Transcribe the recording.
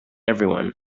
everyone